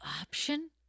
option